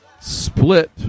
split